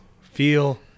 feel